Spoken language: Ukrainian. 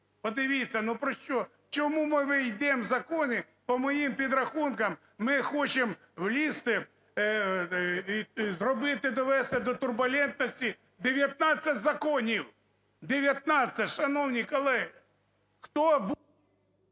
Подивіться, ну, про що, чому ми ввійдемо в закони? По моїм підрахункам, ми хочемо влізти і зробити, довести до турбулентності 19 законів – 19! Шановні колеги,